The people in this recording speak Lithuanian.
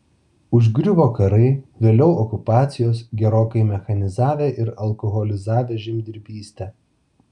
užgriuvo karai vėliau okupacijos gerokai mechanizavę ir alkoholizavę žemdirbystę